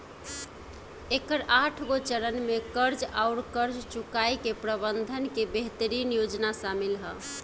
एकर आठगो चरन में कर्ज आउर कर्ज चुकाए के प्रबंधन के बेहतरीन योजना सामिल ह